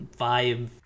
vibe